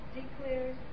declares